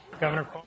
Governor